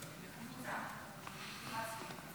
--- רצתי.